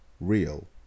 real